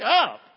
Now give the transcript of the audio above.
up